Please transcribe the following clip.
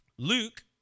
Luke